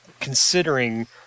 considering